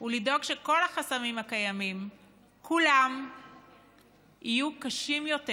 הוא לדאוג שכל החסמים הקיימים כולם יהיו קשים יותר